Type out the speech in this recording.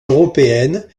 européennes